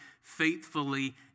faithfully